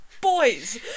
boys